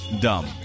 dumb